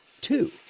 two